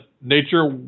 nature